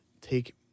take